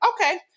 Okay